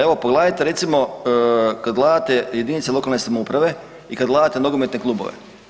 Evo, pogledajte recimo, kad gledate jedinice lokalne samouprave i kad gledate nogometne klubove.